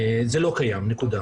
זה לא קיים, נקודה.